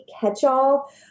catch-all